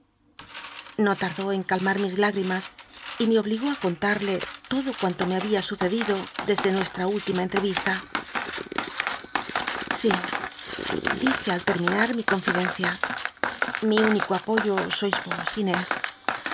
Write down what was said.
no tardó en calma mis lügrimas y me obligó li contarle todo cuanto me babia sucedido desde nuestra última entrevista si dije al terminar mi confidencia mi único apoyo sois vos inés